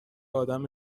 آدم